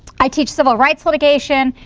i teach civil rights litigation.